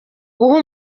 guha